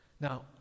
Now